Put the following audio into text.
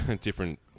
Different